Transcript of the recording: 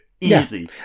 easy